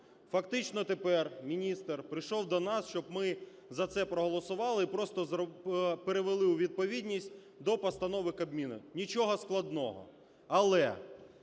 фактично тепер міністр прийшов, щоб ми за це проголосували і просто привели у відповідність до постанови Кабміну, нічого складного.